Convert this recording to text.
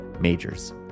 Majors